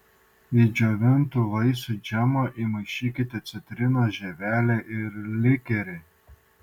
į džiovintų vaisių džemą įmaišykite citrinų žievelę ir likerį